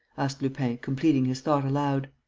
asked lupin, completing his thought aloud.